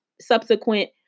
subsequent